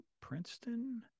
Princeton—